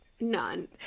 None